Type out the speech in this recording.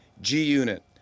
G-Unit